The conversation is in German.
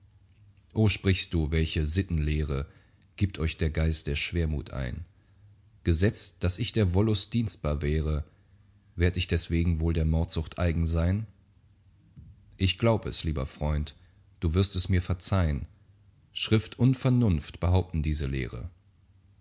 o sprichst du welche sittenlehre gibt euch der geist der schwermut ein gesetzt daß ich der wollust dienstbar wäre werd ich deswegen wohl der mordsucht eigen sein ich glaub es lieber freund du wirst es mir verzeihn schrift und vernunft behaupten diese lehre